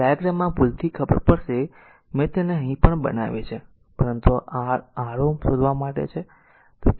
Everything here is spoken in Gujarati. તેથી ડાયાગ્રામમાં આ ભૂલથી ખબર પડશે કે મેં તેને અહીં પણ બનાવી છે પરંતુ આ RΩ શોધવા માટે છે